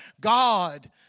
God